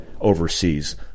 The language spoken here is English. overseas